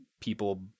people